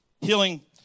healing